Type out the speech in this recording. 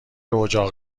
اجاق